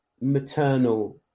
maternal